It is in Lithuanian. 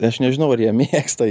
aš nežinau ar jie mėgsta